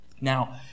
now